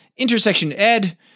IntersectionEd